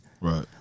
Right